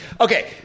Okay